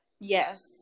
Yes